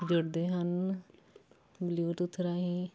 ਜੁੜਦੇ ਹਨ ਬਲੂਟੁੱਥ ਰਾਹੀਂ